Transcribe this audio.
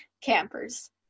campers